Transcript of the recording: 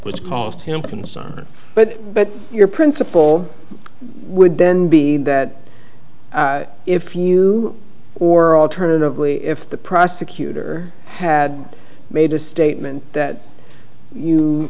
which caused him concern but but your principle would then be that if you or alternatively if the prosecutor had made a statement that you